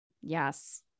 Yes